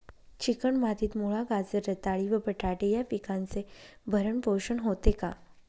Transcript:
Chicken मातीत मुळा, गाजर, रताळी व बटाटे या पिकांचे भरण पोषण होते का?